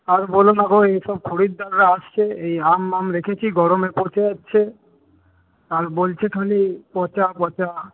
আর বলো না গো এইসব খরিদ্দাররা আসছে এই আম মাম রেখেছি গরমে পচে যাচ্ছে আর বলছে খালি পচা পচা